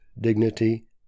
dignity